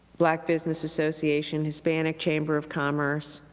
black business association, hispanic chamber of commerce.